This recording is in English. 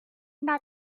not